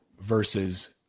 versus